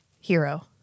hero